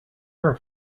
term